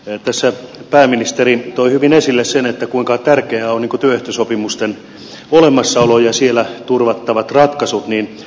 tässä pääministeri toi hyvin esille sen kuinka tärkeää on työehtosopimusten olemassaolo ja siellä turvattavat ratkaisut